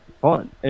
fun